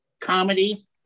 comedy